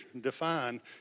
define